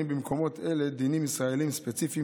במקומות אלה דינים ישראליים ספציפיים,